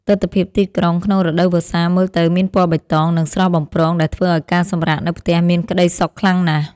ទិដ្ឋភាពទីក្រុងក្នុងរដូវវស្សាមើលទៅមានពណ៌បៃតង និងស្រស់បំព្រងដែលធ្វើឱ្យការសម្រាកនៅផ្ទះមានក្តីសុខខ្លាំងណាស់។